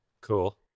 cool